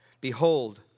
Behold